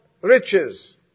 riches